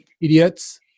idiots